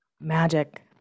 magic